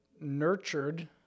nurtured